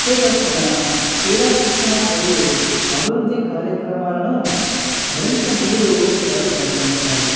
అంతే కాకుండా క్రీడా శిక్షణ మరియు అభివృద్ధి కార్యక్రమాలను మరింత నిధులు వారు కేటాయించాలి